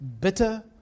bitter